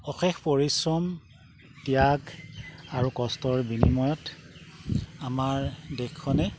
অশেষ পৰিশ্ৰম ত্যাগ আৰু কষ্টৰ বিনিময়ত আমাৰ দেশখনে